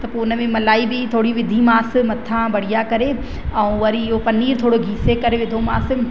त पोइ उन में मलाई बि थोरी विधीमांसि मथां बढ़िया करे ऐं वरी इहो पनीर थोरो घिसे करे विधोमांसि